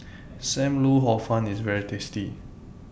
SAM Lau Hor Fun IS very tasty